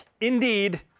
indeed